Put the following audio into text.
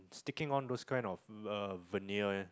sticking on those kind of vinyl